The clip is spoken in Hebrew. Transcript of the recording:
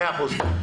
מאה אחוז.